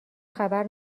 خبر